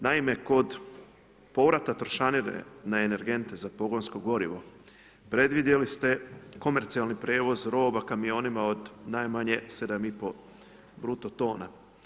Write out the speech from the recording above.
Naime kod povrata trošarine na energente za pogonsko gorivo predvidjeli ste komercijalni prijevoz roba kamionima od najmanje 7 i pol bruto tona.